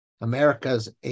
America's